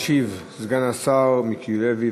ישיב סגן השר מיקי לוי.